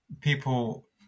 people